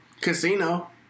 Casino